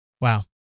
Wow